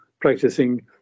practicing